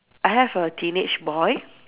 I have a teenage boy